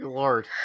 lord